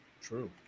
True